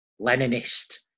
Leninist